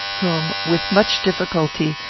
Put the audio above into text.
whom, with much difficulty,